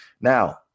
now